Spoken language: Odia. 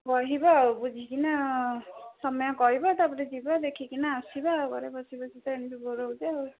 କହିବା ଆଉ ବୁଝିକିନା ତୁମେ କହିବା ତାପରେ ଯିବା ଦେଖିକିନା ଆସିବା ଘରେ ବସି ବସି ତ ଏମିତି ବୋର ହେଉଛୁ ଆଉ